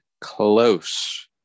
close